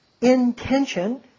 intention